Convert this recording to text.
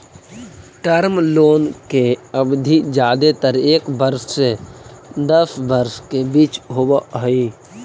term loan के अवधि जादेतर एक वर्ष से दस वर्ष के बीच होवऽ हई